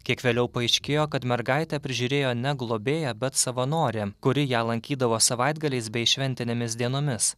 kiek vėliau paaiškėjo kad mergaitę prižiūrėjo ne globėja bet savanorė kuri ją lankydavo savaitgaliais bei šventinėmis dienomis